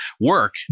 work